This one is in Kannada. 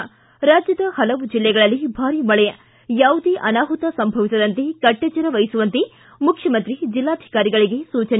ು ರಾಜ್ಜದ ಹಲವು ಜಿಲ್ಲೆಗಳಲ್ಲಿ ಭಾರಿ ಮಳೆ ಯಾವುದೇ ಅನಾಹುತ ಸಂಭವಿಸದಂತೆ ಕಟ್ಟೆಚ್ಚರ ವಹಿಸುವಂತೆ ಮುಖ್ಯಮಂತ್ರಿ ಜಿಲ್ಲಾಧಿಕಾರಿಗಳಿಗೆ ಸೂಚನೆ